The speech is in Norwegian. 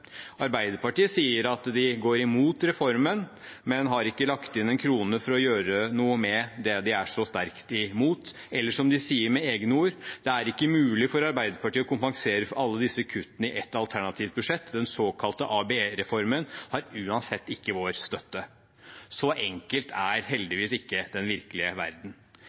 Arbeiderpartiet sier at de går imot reformen, men har ikke lagt inn en krone for å gjøre noe med det de er så sterkt imot – eller som de sier med egne ord: Det er ikke mulig for Arbeiderpartiet å kompensere for alle disse kuttene i ett alternativt budsjett. Den såkalte ABE-reformen har uansett ikke vår støtte. Så enkel er ikke den virkelige verden.